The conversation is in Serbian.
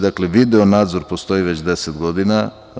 Dakle, video-nadzor postoji već 10 godina.